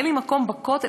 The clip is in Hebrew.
אין לי מקום בכותל?